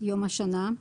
"יום השנה"